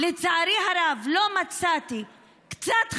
לצערי הרב, לא מצאתי קצת חמלה,